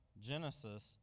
Genesis